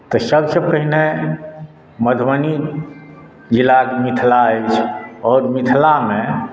तऽ सभसँ पहिने मधुबनी जिलाक मिथिला अछि आओर मिथिलामे